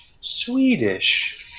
Swedish